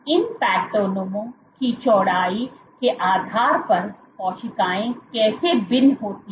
इन पैटर्नों की चौड़ाई के आधार पर कोशिकाएं कैसे भिन्न होती हैं